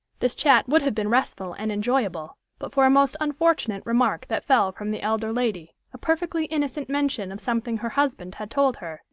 this chat would have been restful and enjoyable but for a most unfortunate remark that fell from the elder lady, a perfectly innocent mention of something her husband had told her,